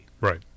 Right